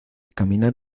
caminar